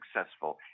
successful